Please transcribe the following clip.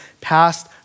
past